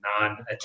non